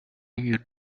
you